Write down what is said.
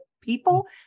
people